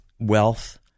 wealth